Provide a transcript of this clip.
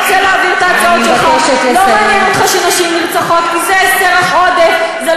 רשאים לשאת את כלי הירייה רק במסגרת עיסוקם ותוך הגבלה לאזור שבו הם